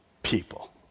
people